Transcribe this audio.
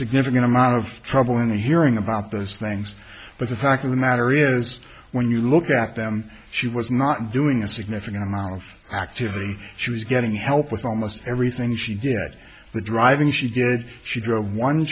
significant amount of trouble in hearing about those things but the fact of the matter is when you look at them she was not doing a significant amount of activity she was getting help with almost everything she did at the driving she did she go one